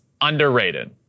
underrated